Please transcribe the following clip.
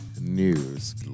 news